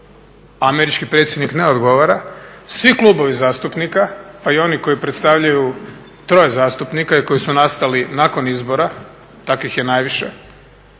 američki predsjednik ne odgovara svi klubovi zastupnika, pa i oni koji predstavljaju troje zastupnika i koji su nastali nakon izbora, takvih je najviše